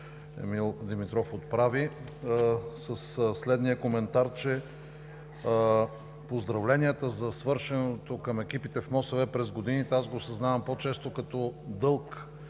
Емил Димитров отправи, със следния коментар, че поздравленията за свършеното към екипите в МОСВ през годините, го осъзнавам по-често като дълг